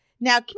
Now